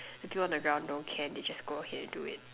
the people on the ground don't care they just go ahead and do it